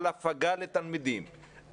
על הפגה לתלמידים,